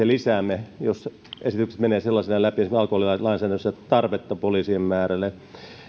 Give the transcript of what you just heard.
lisäämme jos esitykset menevät sellaisenaan läpi esimerkiksi alkoholilainsäädännössä tarvetta poliisien määrälle